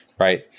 right?